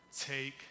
Take